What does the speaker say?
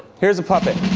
here's a puppet.